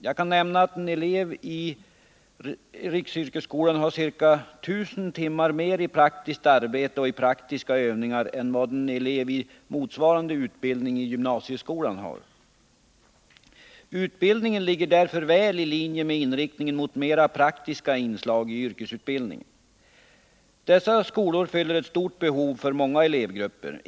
Jag kan nämna att en elev i riksyrkesskolan har ca 1 000 timmar mer i praktiskt arbete och praktiska övningar än vad en elev i motsvarande utbildning i gymnasieskolan har. Utbildningen ligger därför väl i linje med inriktningen mot mer praktiska inslag i yrkesutbildningen. Dessa skolor fyller ett stort behov för många elevgrupper.